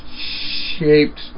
Shaped